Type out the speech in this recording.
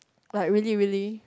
like really really